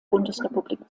bundesrepublik